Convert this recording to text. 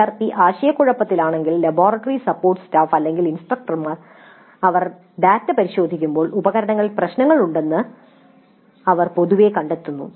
വിദ്യാർത്ഥി ആശയക്കുഴപ്പത്തിലാണെങ്കിൽ laboratory support staff അല്ലെങ്കിൽ ഇൻസ്ട്രക്ടർമാർ അവർ ഡാറ്റ പരിശോധിക്കുമ്പോൾ ഉപകരണങ്ങളിൽ പ്രശ്നങ്ങളുണ്ടെന്ന് അവർ പൊതുവെ കണ്ടെത്തുന്നു